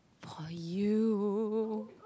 for you